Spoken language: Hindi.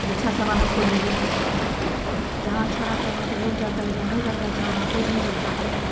जो अच्छा समान हमको मिले जहाँ अच्छा रहता है वहाँ तो लोग जाता है जहाँ नहीं रहता वहाँ अच्छा हर कोई नहीं जाता है